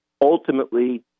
Ultimately